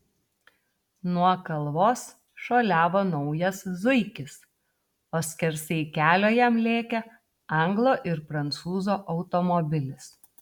nuo kalvos šuoliavo naujas zuikis o skersai kelio jam lėkė anglo ir prancūzo automobilis